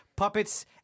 Puppets